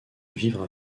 vivre